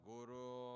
Guru